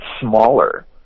smaller